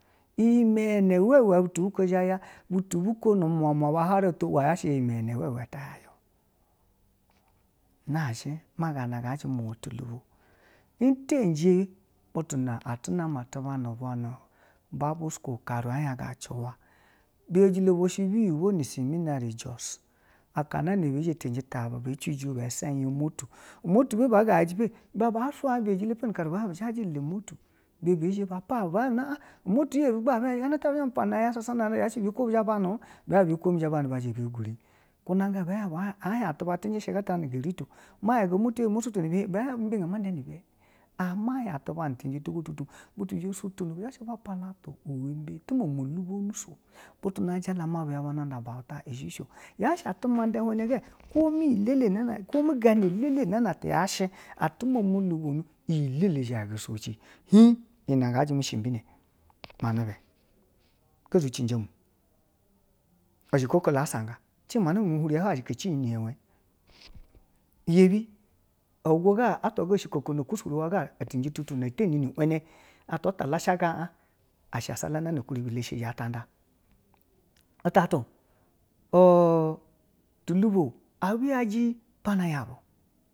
Butu biko zha nu mwan mwa aba harato wo zha shi a ya iyi na uwewe yaye-o na zhi ganangajim iwe tulubo, iteje butu na ga nane nu bwa nu bible school karu a hien ga jiwa biyejilo ubwa shi biyibo nu semina ri jos aka nana be cenje ta ba, bwa se iya moti, omoti be ba yaji epe ba shuyanu biyilo bwa epe nu karu zhaji le omoti ba hien bu, a, a, omoti a yebi gban abu yaji inana tiba biyikwo bu zhe bani, ba hien ʒiyikwo zha bani, ba zhe ba zha ba gure ibe hien bu a hien atu ba tijishi ganatageri tu, ma yaga omoti ɛyebi ibe ga zha ma nda nu be, a hien atu ba cenji tiga tutu, butu bo shitini ti momo lubonoso ya shi ati ma nda i hane ge ko mi ngana ɛlɛlɛ yashi, ati momo luboni iyi ɛlɛlɛ ya ga i showe ci, hiin iyi na ba jime shi ibi na, ga zhije bu o ziko oko la a sanga huri ya hwayi cihin nu yewe, iyebi a hngo ga atwa ga oshikoko no, okushu ruwa ga i cenje tufu atwa ata alasha ga un shi a salanana i leseji ata ada itatu o tulubo abiyeje iyi pana yabwa.